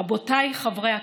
רבותיי חברי הכנסת,